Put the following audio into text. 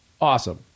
awesome